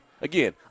Again